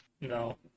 no